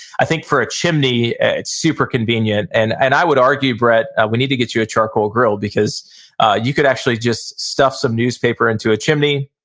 i think for a chimney it's super convenient and and i would argue, brett, we need to get you a charcoal grill, because you could actually just stuff some newspaper into a chimney,